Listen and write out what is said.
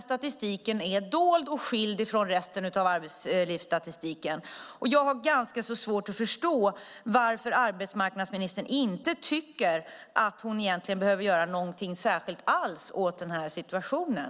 Statistiken är dold och skild från resten av arbetslivsstatistiken. Jag har ganska svårt att förstå varför arbetsmarknadsministern tycker att hon inte behöver göra något särskilt alls åt situationen.